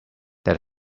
that